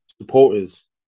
supporters